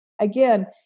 again